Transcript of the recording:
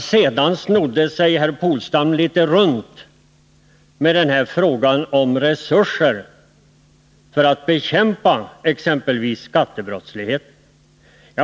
Sedan snodde sig herr Polstam litet runt när han frågade om resurser för att bekämpa exempelvis skattebrottslighet.